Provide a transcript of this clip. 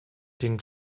den